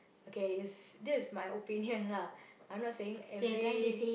okay is this is my opinion lah I'm not saying every